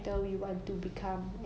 okay lah for me